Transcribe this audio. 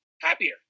happier